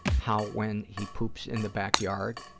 how when he poops in the backyard